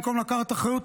במקום לקחת אחריות,